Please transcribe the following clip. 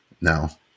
now